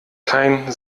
kein